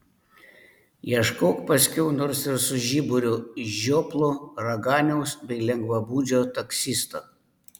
ieškok paskiau nors ir su žiburiu žioplo raganiaus bei lengvabūdžio taksisto